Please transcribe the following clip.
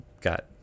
got